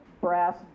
brass